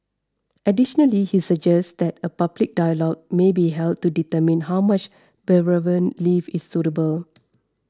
additionally he suggests that a public dialogue may be held to determine how much bereavement leave is suitable